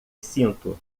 sinto